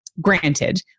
granted